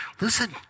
listen